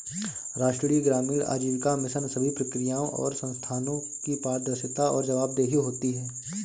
राष्ट्रीय ग्रामीण आजीविका मिशन सभी प्रक्रियाओं और संस्थानों की पारदर्शिता और जवाबदेही होती है